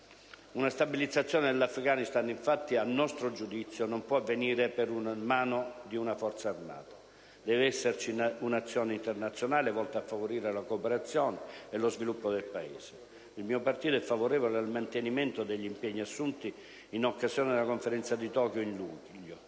Una stabilizzazione dell'Afghanistan, infatti, a nostro giudizio non può avvenire per mano di una forza armata. Deve esserci un'azione internazionale volta a favorire la cooperazione e lo sviluppo del Paese. Il mio partito è favorevole al mantenimento degli impegni assunti in occasione della Conferenza di Tokyo dello